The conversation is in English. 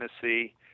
Tennessee